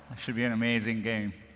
should be an amazing game.